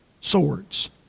swords